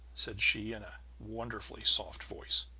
said she in a wonderfully soft voice,